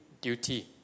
duty